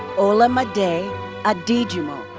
olamide adejumo.